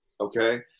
Okay